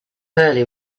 early